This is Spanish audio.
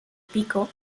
pico